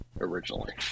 originally